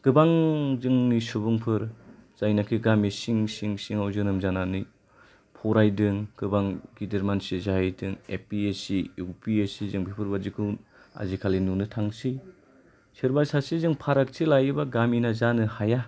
गोबां जोंनि सुबुंफोर जयनाखि गामि सिं सिं सिङाव जोनोम जानानै फरायदों गोबां गिदिर मानसि जाहैदों A P S C U P S C जों बिफोरबादिखौ आजिखालि नुनो थांसै सोरबा सासेजों फारागथि लायोबा गामिना जानो हाया